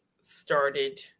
started